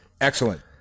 excellent